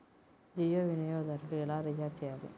జియో వినియోగదారులు ఎలా రీఛార్జ్ చేయాలి?